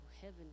heaven